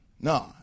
No